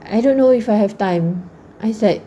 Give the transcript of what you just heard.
I don't know if I have time I's like